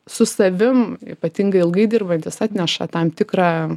su savim ypatingai ilgai dirbantys atneša tam tikrą